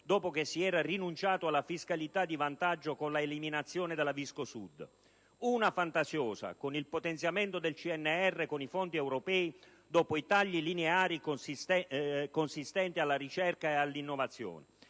dopo che si era rinunciato alla fiscalità di vantaggio con la eliminazione della Visco-Sud; una fantasiosa, con il potenziamento del CNR con i fondi europei, dopo i tagli lineari consistenti alla ricerca e alla innovazione;